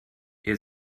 ihr